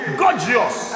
gorgeous